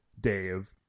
Dave